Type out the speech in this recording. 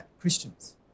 Christians